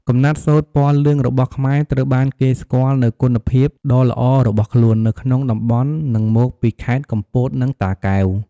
កំណាត់សូត្រពណ៌លឿងរបស់ខ្មែរ ត្រូវបានគេស្គាល់នូវគុណភាព ដ៏ល្អរបស់ខ្លួន នៅក្នុងតំបន់ និងមកពីខេត្តកំពត និងតាកែវ។